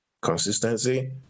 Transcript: Consistency